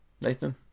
Nathan